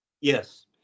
Yes